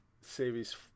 Series